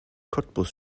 cottbus